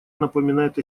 напоминает